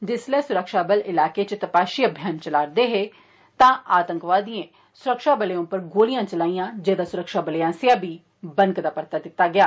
जिसले सुरक्षाबल इलाकें इच तपाषी अभियान चला'रदे हे तां आतंकवादिएं सुरक्षाबलें उप्पर गोलियां चलाईयां जेदा सुरक्षाबलें आस्सेआ बी परता दित्ता गेआ